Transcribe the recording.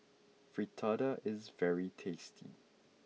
Fritada is very tasty